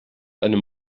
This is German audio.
einem